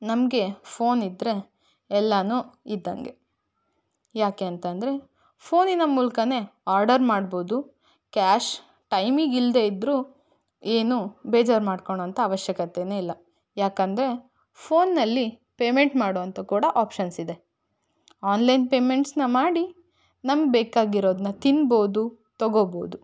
ನಮಗೆ ಫೋನ್ ಇದ್ದರೆ ಎಲ್ಲಾನು ಇದ್ದಂಗೆ ಯಾಕೆಂತಂದರೆ ಫೋನಿನ ಮೂಲಕನೇ ಆರ್ಡರ್ ಮಾಡ್ಬೌದು ಕ್ಯಾಶ್ ಟೈಮಿಗಿಲ್ಲದೆ ಇದ್ದರೂ ಏನೂ ಬೇಜಾರು ಮಾಡ್ಕೊಳೊಂತ ಅವಶ್ಯಕತೆನೆ ಇಲ್ಲ ಯಾಕಂದರೆ ಫೋನ್ನಲ್ಲಿ ಪೇಮೆಂಟ್ ಮಾಡುವಂಥ ಕೂಡ ಆಪ್ಷನ್ಸ್ ಇದೆ ಆನ್ಲೈನ್ ಪೇಮೆಂಟ್ಸನ್ನ ಮಾಡಿ ನಮ್ಗೆ ಬೇಕಾಗಿರೋದನ್ನ ತಿನ್ಬೌದು ತಗೋಬೌದು